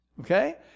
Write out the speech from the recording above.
okay